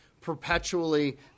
perpetually